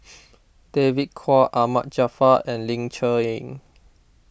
David Kwo Ahmad Jaafar and Ling Cher Eng